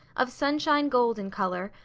of sunshine-gold in colour,